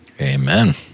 Amen